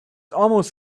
almost